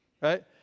right